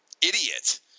idiot